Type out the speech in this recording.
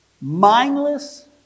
Mindless